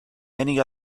many